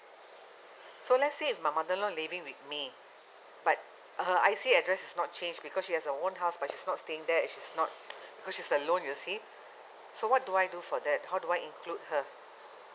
so let's say my mother in law living with me but her I_C address is not changed because she has her own house but she's not staying there which is not because she's alone you see so what do I do for that how do I include her